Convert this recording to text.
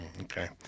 Okay